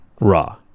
Raw